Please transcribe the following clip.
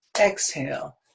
Exhale